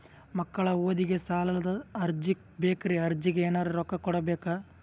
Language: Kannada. ಮಕ್ಕಳ ಓದಿಗಿ ಸಾಲದ ಅರ್ಜಿ ಬೇಕ್ರಿ ಅರ್ಜಿಗ ಎನರೆ ರೊಕ್ಕ ಕೊಡಬೇಕಾ?